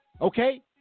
Okay